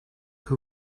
who